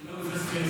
כי אולי הוא יצפצף,